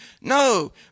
no